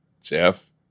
Jeff